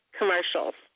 commercials